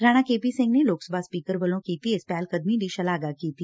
Rana K P Singh ਨੇ Lok Sabha speaker ਵੱਲੋਂ ਕੀਤੀ ਇਸ ਪਹਿਲਕਦਮੀ ਦੀ ਸ਼ਲਾਘਾ ਕੀਤੀ